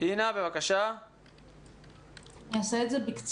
אני אעשה את זה בקצרה.